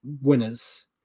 winners